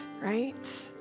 right